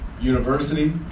university